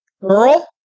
girl